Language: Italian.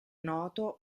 noto